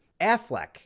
Affleck